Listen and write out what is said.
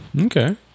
Okay